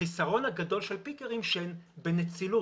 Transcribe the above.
החסרון הגדול של פיקרית שהן בנצילות